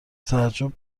تعجب